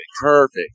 Perfect